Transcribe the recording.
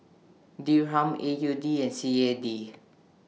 Dirham A U D and C A D